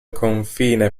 confine